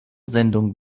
sendung